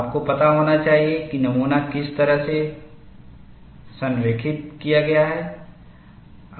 आपको पता होना चाहिए कि नमूना किस तरह से संरेखित किया गया है